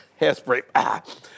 hairspray